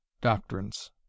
doctrines